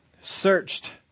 searched